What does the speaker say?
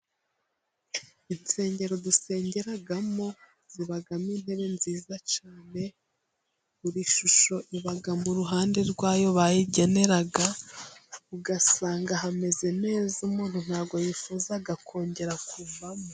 Insengero dusengeramo zibamo intebe nziza cyane, buri shusho iba mu ruhande rwayo bayigenera, usanga hameze neza umuntu ntabwo yifuza kongera kuvamo.